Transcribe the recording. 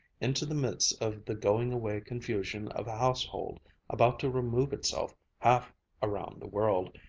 into the midst of the going-away confusion of a household about to remove itself half around the world,